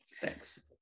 thanks